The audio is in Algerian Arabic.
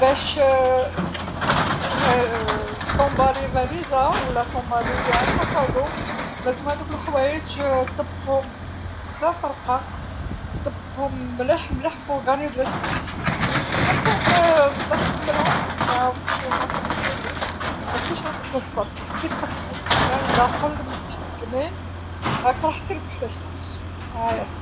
باش تغلف حقيبة ولا تغلف حقيبة ظهر لازم هادوك الحوايج طبقهم بزاف رقاق، طبقهم مليح مليح لربح المكان، يلا كان ماتخملهمش جيدا وتخليهم هكا مخروبين مايكونش عندك المكان، بصح كي طبقهم جيدا الداخل مسقمين راك راح تربح المكان، أيا صحا.